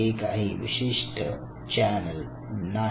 हे काही विशिष्ट चॅनल नाही